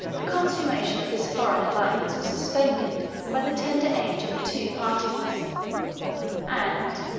the consummation of this foreign alliance was suspended by the tender age of the two parties and,